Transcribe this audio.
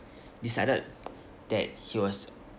decided that he was